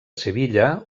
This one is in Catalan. sevilla